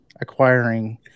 acquiring